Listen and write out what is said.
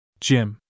Jim